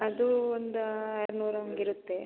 ಅದು ಒಂದು ಆರುನೂರು ಹಾಗಿರುತ್ತೆ